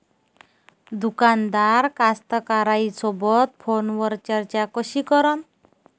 दुकानदार कास्तकाराइसोबत फोनवर चर्चा कशी करन?